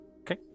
Okay